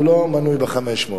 הוא לא מנוי ב-500.